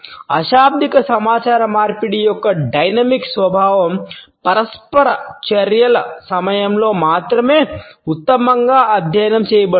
అశాబ్దిక సమాచార మార్పిడి యొక్క డైనమిక్ స్వభావం పరస్పర చర్యల సమయంలో మాత్రమే ఉత్తమంగా అధ్యయనం చేయబడుతుంది